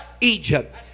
Egypt